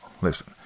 Listen